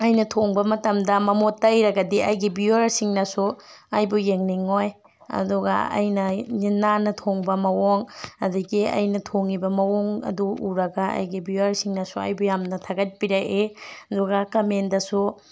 ꯑꯩꯅ ꯊꯣꯡꯕ ꯃꯇꯝꯗ ꯃꯃꯣꯠ ꯇꯩꯔꯒꯗꯤ ꯑꯩꯒꯤ ꯚꯤꯌꯨꯋꯔꯁꯤꯡꯅꯁꯨ ꯑꯩꯕꯨ ꯌꯦꯡꯅꯤꯡꯉꯣꯏ ꯑꯗꯨꯒ ꯑꯩꯅ ꯅꯥꯟꯅ ꯊꯣꯡꯕ ꯃꯑꯣꯡ ꯑꯗꯒꯤ ꯑꯩꯅ ꯊꯣꯡꯉꯤꯕ ꯃꯑꯣꯡ ꯑꯗꯨ ꯎꯔꯒ ꯑꯩꯒꯤ ꯚꯤꯌꯨꯋꯔꯁꯤꯡꯅꯁꯨ ꯑꯩꯕꯨ ꯌꯥꯝꯅ ꯊꯥꯒꯠꯄꯤꯔꯛꯏ ꯑꯗꯨꯒ ꯀꯝꯃꯦꯟꯗꯁꯨ